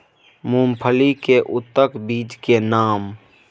मूंगफली के उन्नत बीज के नाम?